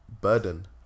Burden